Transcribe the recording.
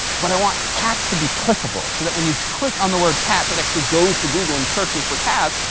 but i want cats to be clickable so that when you click on the word cats it actually goes to google and searches for cats,